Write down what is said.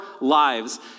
lives